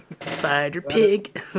Spider-Pig